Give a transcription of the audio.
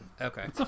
Okay